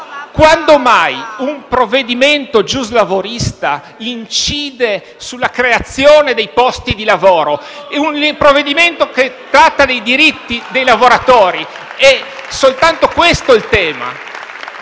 quando mai un provvedimento giuslavorista incide sulla creazione dei posti di lavoro? È un provvedimento che tratta dei diritti dei lavoratori: è soltanto questo il tema.